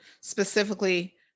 specifically